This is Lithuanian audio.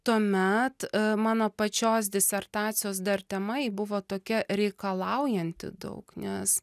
tuomet mano pačios disertacijos dar tema ji buvo tokia reikalaujanti daug nes